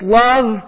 love